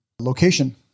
Location